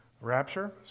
rapture